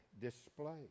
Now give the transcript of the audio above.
display